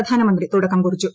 പ്രധാനമന്ത്രി തുടക്കം കുറിച്ചു